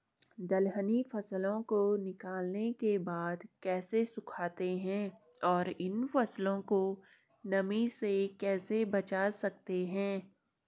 दलहनी फसलों को निकालने के बाद कैसे सुखाते हैं और इन फसलों को नमी से कैसे बचा सकते हैं?